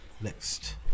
next